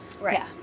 Right